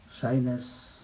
shyness